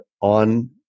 on